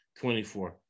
24